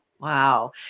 Wow